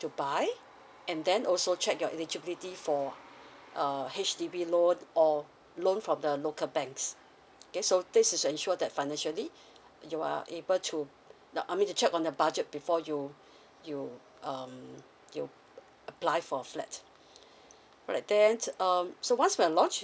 to buy and then also check your eligibility for err H_D_B loan or loan from the local banks okay so this is ensure that financially you are able to the I mean to check on your budget before you you um you apply for a flat alright then um so once we are launched